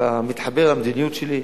אתה מתחבר למדיניות שלי.